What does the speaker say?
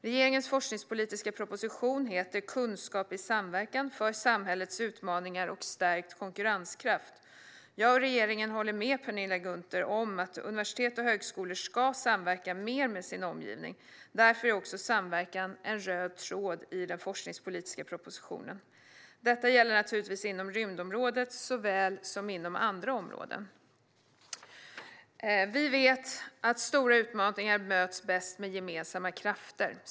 Regeringens forskningspolitiska proposition heter Kunskap i samver kan - för samhällets utmaningar och stärkt konkurrenskraft . Jag och regeringen håller med Penilla Gunther om att universitet och högskolor ska samverka mer med sin omgivning. Därför är också samverkan en röd tråd i den forskningspolitiska propositionen. Detta gäller naturligtvis såväl inom rymdområdet som inom andra områden. Vi vet att stora utmaningar möts bäst med gemensamma krafter.